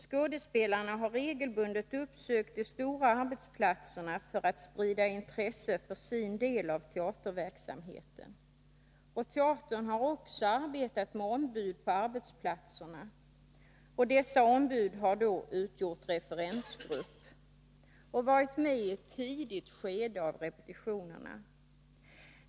Skådespelarna har regelbundet uppsökt de stora arbetsplatserna för att sprida intresse för sin del av teaterverksamheten. Teatern har också arbetat med ombud på arbetsplatserna. Dessa ombud har utgjort referensgrupp och varit med i ett tidigt skede av repetitionerna.